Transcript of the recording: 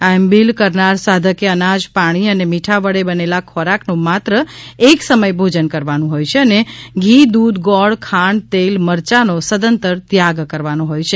આયંબિલ કરનાર સાધકે અનાજપાણી અને મીઠા વડે બનેલા ખોરાકનું માત્ર એક સમય ભોજન કરવાનું હોય છે અને ધી દૂધ ગોળ ખાંડતેલ મરચાંનો સદંતર ત્યાગ કરવાનો હોય છે